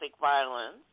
violence